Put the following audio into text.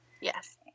Yes